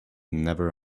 never